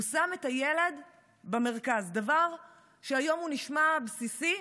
הוא שם את הילד במרכז, דבר שהיום נשמע בסיסי.